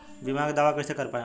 बीमा के दावा कईसे कर पाएम?